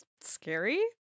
scary